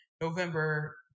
November